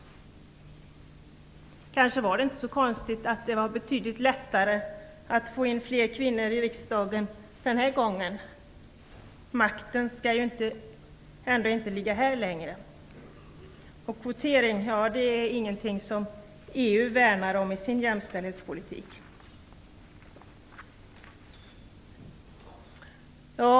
Kanske var det inte så konstigt att det var betydligt lättare att få in fler kvinnor i riksdagen den här valomgången; makten skall ju ändå inte ligga här längre. Kvotering är inte heller något som EU värnar om i sin jämställdhetspolitik. Herr talman!